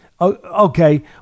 okay